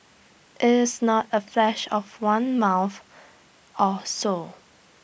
IT is not A flash of one month or so